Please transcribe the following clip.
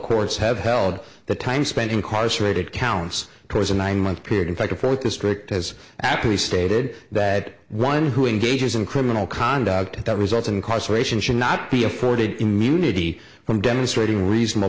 paul courson have held that time spent incarcerated counts towards a nine month period in fact a fourth district has actually stated that one who engages in criminal conduct that results incarceration should not be afforded immunity from demonstrating reasonable